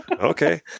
Okay